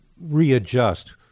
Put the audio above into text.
readjust